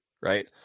right